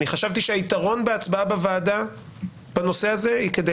אני חשבתי שהיתרון בהצבעה בוועדה בנושא הזה הוא כדי